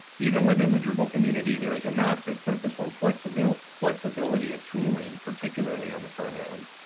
even within the drupal community, there is a massive focus on flexibility flexibility of tooling, particularly on the frontend.